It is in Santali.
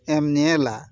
ᱮᱢ ᱧᱮᱞᱟ